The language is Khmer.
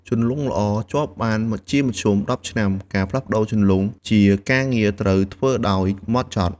ជន្លង់ល្អជាប់បានជាមធ្យម ១០ ឆ្នាំ ការផ្លាស់ជន្លង់ជាការងារត្រូវធ្វើដោយហ្មត់ចត់។